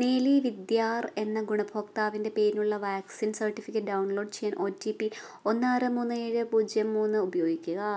നീലി വിദ്യാർ എന്ന ഗുണഭോക്താവിൻറ്റെ പേരിനുള്ള വാക്സിൻ സർട്ടിഫിക്കറ്റ് ഡൗൺലോഡ് ചെയ്യാൻ ഒ ടി പി ഒന്ന് ആറ് മൂന്ന് ഏഴ് പൂജ്യം മൂന്ന് ഉപയോഗിക്കുക